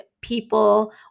people